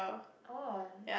oh